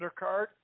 undercard